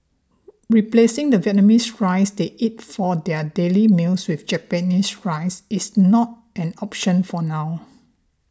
replacing the Vietnamese rice they eat for their daily meals with Japanese rice is not an option for now